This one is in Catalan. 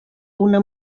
una